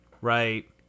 right